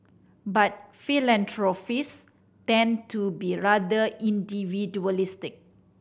but philanthropist tend to be rather individualistic